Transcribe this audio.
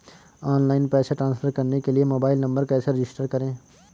Online पैसे transfer करने के लिए मोबाइल नंबर कैसे रजिस्टर करें?